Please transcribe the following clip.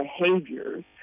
behaviors